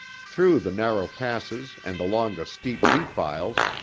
through the narrow passes and along the steep defiles,